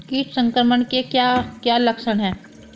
कीट संक्रमण के क्या क्या लक्षण हैं?